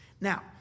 Now